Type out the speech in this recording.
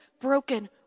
broken